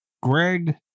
Greg